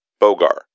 Bogar